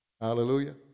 Hallelujah